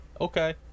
Okay